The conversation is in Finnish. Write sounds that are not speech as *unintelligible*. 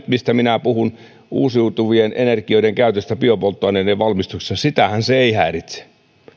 *unintelligible* mistä minä nyt puhun uusiutuvien energioiden käyttöä biopolttoaineiden valmistuksessa se ei häiritse